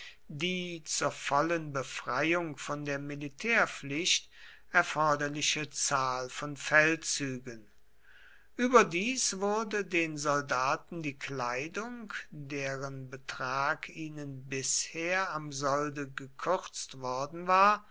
die zur vollen befreiung von der militärpflicht erforderliche zahl von feldzügen überdies wurde den soldaten die kleidung deren betrag ihnen bisher am solde gekürzt worden war